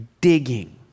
digging